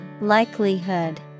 Likelihood